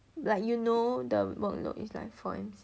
like you know the workload is like for M_C